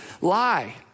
lie